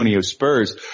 Spurs